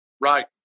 Right